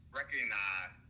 recognize